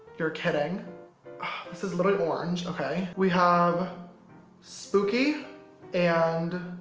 you're kidding this is literally orange, okay. we have spooky and